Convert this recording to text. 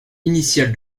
initiale